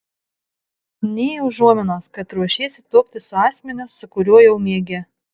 nė užuominos kad ruošiesi tuoktis su asmeniu su kuriuo jau miegi